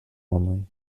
only